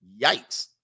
Yikes